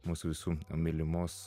mūsų visų mylimos